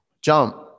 jump